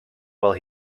while